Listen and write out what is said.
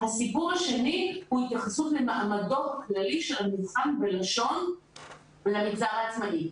הסיפור השני הוא התייחסות למעמדו הכללי של המבחן בלשון למגזר העצמאי.